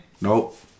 Nope